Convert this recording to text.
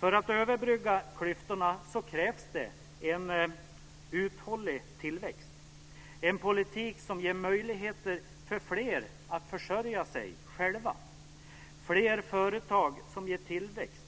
För att vi ska kunna överbrygga klyftorna krävs det en uthållig tillväxt och en politik som ger möjligheter för fler att försörja sig själva och som ger fler företag som ger tillväxt.